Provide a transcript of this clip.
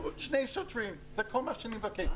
אני מדבר על שני שוטרים, זה כל מה שאני מבקש.